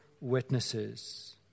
witnesses